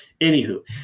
Anywho